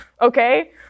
okay